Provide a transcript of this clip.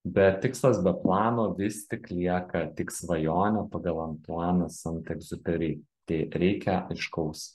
bet tikslas be plano vis tik lieka tik svajonė pagal antuaną sant egziuperi tai reikia aiškaus